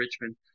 Richmond